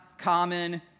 common